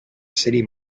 city